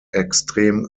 extrem